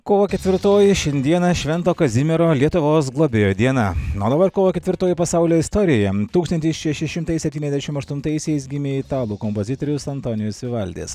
kovo ketvirtoji šiandiena švento kazimiero lietuvos globėjo diena o dabar kovo ketvirtoji pasaulio istorijoje tūkstantis šeši šimtai septyniasdešim aštuntaisiais gimė italų kompozitorius antonijus vivaldis